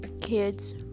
kids